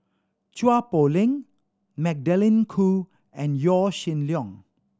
Chua Poh Leng Magdalene Khoo and Yaw Shin Leong